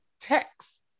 text